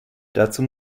dazu